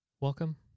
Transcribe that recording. Welcome